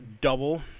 double